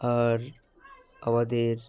আর আমাদের